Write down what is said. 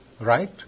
right